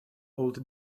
old